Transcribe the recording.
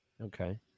Okay